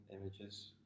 images